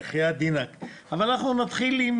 נתחיל עם